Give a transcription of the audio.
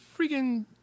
freaking